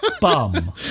bum